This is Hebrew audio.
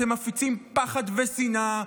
אתם מפיצים פחד ושנאה,